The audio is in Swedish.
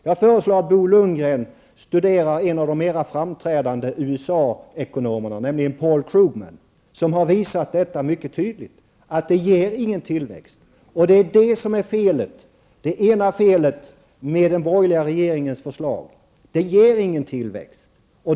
Jag föreslår att Bo Lundgren studerar vad en av de mer framträdande USA-ekonomerna, nämligen Paul Krugman, skriver. Han har mycket tydligt visat att den politiken inte ger någon tillväxt. Det är fel väg att gå. Inte heller det borgerliga förslaget, om det genomförs, kommer att ge någon tillväxt.